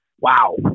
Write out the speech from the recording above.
wow